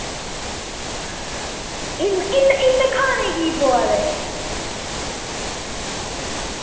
इन इन इ'न्ने खाने की पोआ दे